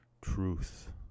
truth